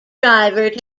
driver